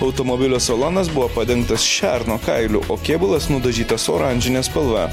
automobilio salonas buvo padengtas šerno kailiu o kėbulas nudažytas oranžine spalva